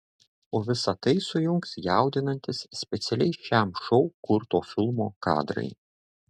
o visa tai sujungs jaudinantys specialiai šiam šou kurto filmo kadrai